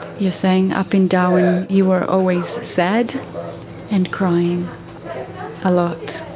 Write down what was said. you're saying up in darwin you were always sad and crying a lot.